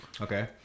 Okay